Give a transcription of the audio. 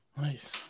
Nice